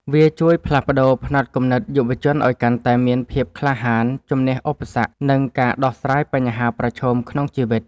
វាជួយផ្លាស់ប្តូរផ្នត់គំនិតយុវជនឱ្យកាន់តែមានភាពក្លាហាន ជម្នះឧបសគ្គ និងការដោះស្រាយបញ្ហាប្រឈមក្នុងជីវិត។